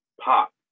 Pop